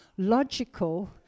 logical